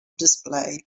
display